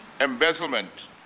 embezzlement